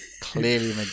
Clearly